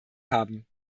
haben